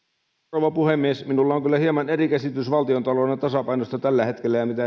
rouva puhemies minulla on kyllä hieman eri käsitys valtiontalouden tasapainosta tällä hetkellä kuin mikä edustaja